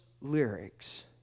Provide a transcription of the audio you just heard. lyrics